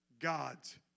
God's